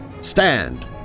Stand